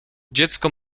dziecko